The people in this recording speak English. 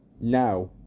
Now